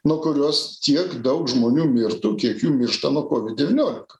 nuo kurios tiek daug žmonių mirtų kiek jų miršta nuo kovid devyniolika